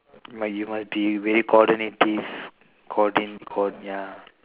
but you must be very coordinative coordin~ cor~ ya